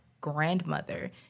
grandmother